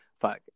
fuck